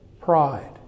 pride